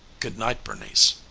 good night bernice.